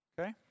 Okay